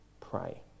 pray